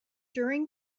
during